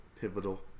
pivotal